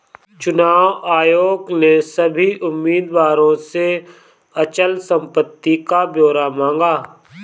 चुनाव आयोग ने सभी उम्मीदवारों से अचल संपत्ति का ब्यौरा मांगा